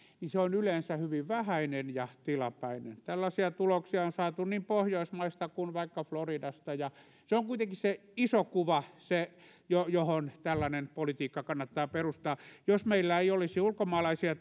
niin se on yleensä hyvin vähäinen ja tilapäinen tällaisia tuloksia on saatu niin pohjoismaista kuin vaikka floridasta se on kuitenkin se iso kuva johon tällainen politiikka kannattaa perustaa jos meillä ei olisi ulkomaalaisia